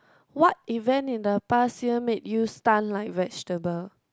what event in the past year made you stun like vegetable